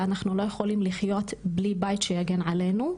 ואנחנו לא יכולים לחיות בלי בית שיגן עלינו.